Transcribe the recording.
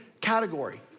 category